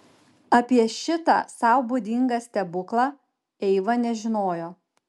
apie šitą sau būdingą stebuklą eiva nežinojo